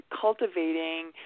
cultivating